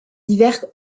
divers